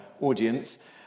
audience